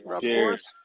Cheers